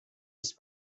است